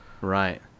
Right